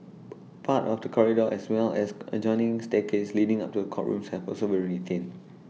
part of the corridor as well as adjoining staircase leading up to the courtrooms have also been retained